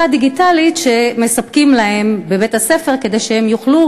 ויש ערכה דיגיטלית שמספקים להם בבית-הספר כדי שהם יוכלו